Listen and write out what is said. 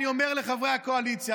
אני אומר לחברי הקואליציה,